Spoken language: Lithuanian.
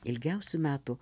ilgiausių metų